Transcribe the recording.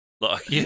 Look